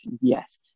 yes